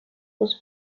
was